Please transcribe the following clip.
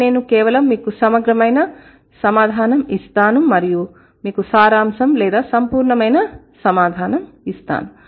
అయితే నేను కేవలం మీకు సమగ్రమైన సమాధానం ఇస్తాను మరియు మీకు సారాంశం లేదా సంపూర్ణమైన సమాధానం ఇస్తాను